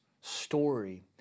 story